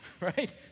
right